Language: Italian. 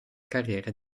carriera